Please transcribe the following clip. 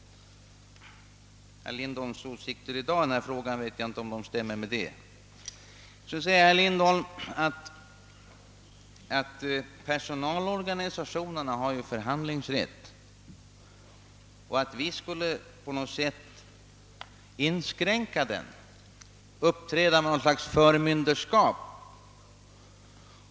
Jag vet inte om herr Lindholms åsikter i den frågan i dag stämmer med detta. Vidare säger herr Lindholm, att personalorganisationerna har = förhandlingsrätt och att vi på något sätt skulle vilja inskränka den och uppträda med något slags förmyndarskap.